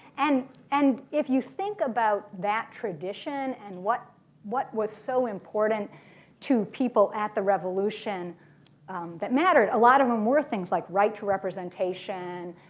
and and if you think about that tradition and what what was so important to people at the revolution that mattered, a lot of them were things like right to representation,